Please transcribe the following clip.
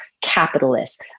capitalist